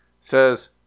says